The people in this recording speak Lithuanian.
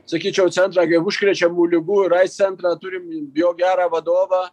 sakyčiau centrą gi užkrečiamų ligų ir aids centrą turim jo gerą vadovą